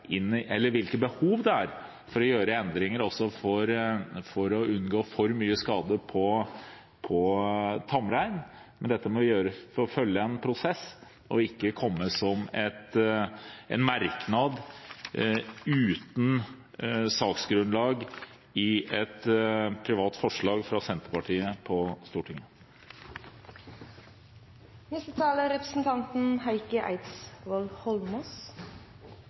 for å gjøre endringer for å unngå for mye skade på tamrein, ved å følge en prosess – og ikke ved å følge en merknad uten saksgrunnlag i et privat forslag fra Senterpartiet i Stortinget.